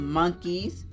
monkeys